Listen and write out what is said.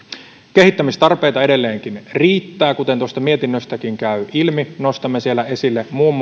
kehittämistarpeita edelleenkin riittää kuten mietinnöstäkin käy ilmi nostamme siellä esille muun